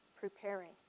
preparing